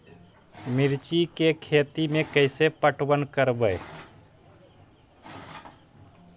मिर्ची के खेति में कैसे पटवन करवय?